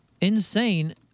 Insane